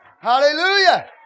Hallelujah